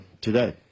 today